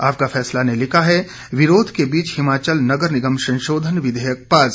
आपका फैसला ने लिखा है विरोध के बीच हिमाचल नगर निगम संशोधन विधेयक पास